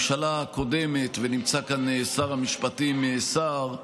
ונמצא כאן שר המשפטים סער,